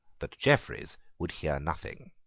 but jeffreys would hear nothing.